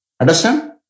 Understand